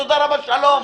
תודה רבה, שלום.